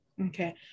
okay